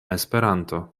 esperanto